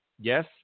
yes